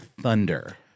thunder